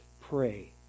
pray